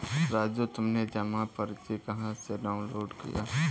राजू तुमने जमा पर्ची कहां से डाउनलोड किया?